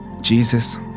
Jesus